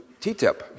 TTIP